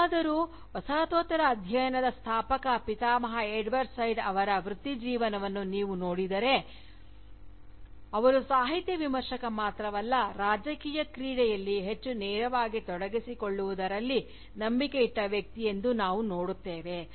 ಹೇಗಾದರೂ ವಸಾಹತೋತ್ತರ ಅಧ್ಯಯನದ ಸ್ಥಾಪಕ ಪಿತಾಮಹ ಎಡ್ವರ್ಡ್ ಸೈಡ್ ಅವರ ವೃತ್ತಿಜೀವನವನ್ನು ನೀವು ನೋಡಿದರೆ ಅವರು ಸಾಹಿತ್ಯ ವಿಮರ್ಶಕ ಮಾತ್ರವಲ್ಲ ರಾಜಕೀಯ ಕ್ರಿಯೆಯಲ್ಲಿ ಹೆಚ್ಚು ನೇರವಾಗಿ ತೊಡಗಿಸಿಕೊಳ್ಳುವುದರಲ್ಲಿ ನಂಬಿಕೆ ಇಟ್ಟ ವ್ಯಕ್ತಿ ಎಂದು ನಾವು ನೋಡುತ್ತೇವೆ